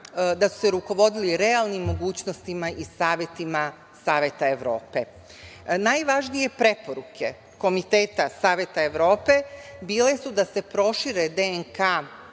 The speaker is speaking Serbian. da su se rukovodili realnim mogućnostima i savetima Saveta Evrope. Najvažnije preporuke Komiteta Saveta Evrope bile su da se prošire DNK